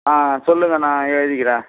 ஆ சொல்லுங்கள் நான் எழுதிக்கிறேன்